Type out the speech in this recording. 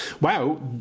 wow